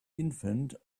infant